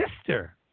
sister